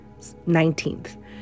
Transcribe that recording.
19th